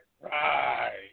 Right